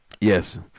Yes